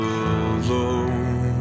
alone